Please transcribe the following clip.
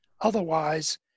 Otherwise